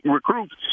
recruits